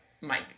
mike